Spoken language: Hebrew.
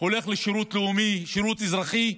הולך לשירות לאומי, לשירות אזרחי,